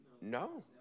No